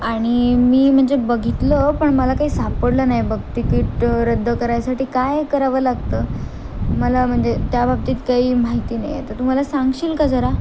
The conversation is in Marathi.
आणि मी म्हणजे बघितलं पण मला काही सापडलं नाही बघ तिकीट रद्द करायसाठी काय करावं लागतं मला म्हणजे त्या बाबतीत काही माहिती नाही आहे तर तू मला सांगशील का जरा